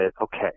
Okay